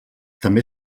també